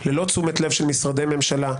ללא תשומת לב של משרדי ממשלה,